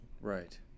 Right